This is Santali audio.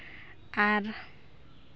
ᱟᱨ